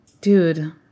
Dude